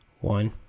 one